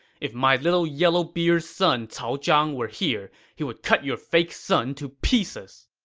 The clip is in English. if my little yellowbeard son cao zhang were here, he would cut your fake son to pieces!